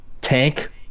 tank